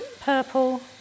purple